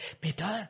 Peter